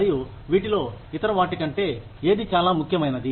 మరియు వీటిలో ఇతర వాటి కంటే ఏది చాలా ముఖ్యమైనది